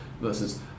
versus